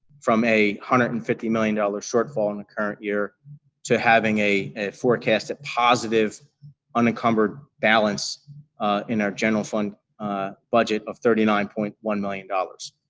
from a one hundred and fifty million dollars shortfall in the current year to having a a forecasted positive unencumbered balanced in our general fund budget of thirty nine point one million dollars,